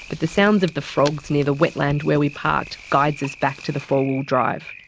but the sounds of the frogs near the wetland where we parked guides us back to the four-wheel-drive.